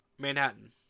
Manhattan